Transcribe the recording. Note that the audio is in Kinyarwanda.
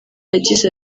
yagize